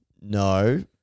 No